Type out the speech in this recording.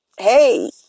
hey